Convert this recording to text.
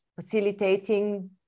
facilitating